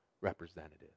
representative